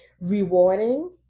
rewarding